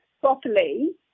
properly